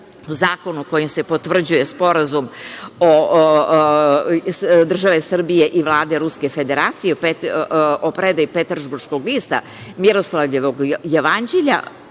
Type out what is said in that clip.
Zakonu kojim se potvrđuje Sporazum države Srbije i Vlade Ruske Federacije o predaji Peterburškog lista Miroslavljevog jevanđelja,